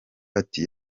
ati